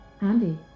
andy